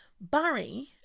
Barry